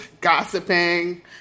gossiping